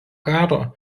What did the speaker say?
karo